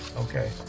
okay